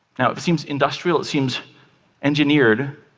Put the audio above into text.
it seems industrial, it seems engineered.